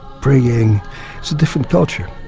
praying. it's a different culture.